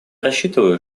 рассчитываю